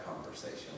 conversation